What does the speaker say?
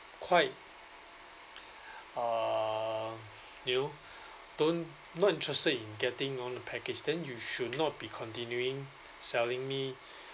quite uh you know don't not interested in getting on the package then you should not be continuing selling me